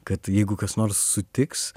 kad jeigu kas nors sutiks